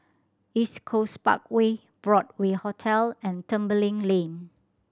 East Coast Parkway Broadway Hotel and Tembeling Lane